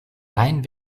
rein